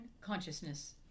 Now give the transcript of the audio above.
consciousness